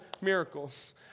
miracles